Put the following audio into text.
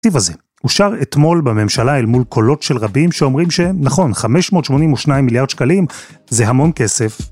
התקציב הזה אושר אתמול בממשלה אל מול קולות של רבים שאומרים שנכון, 582 מיליארד שקלים זה המון כסף,